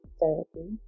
Therapy